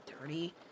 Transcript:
dirty